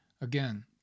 Again